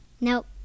Nope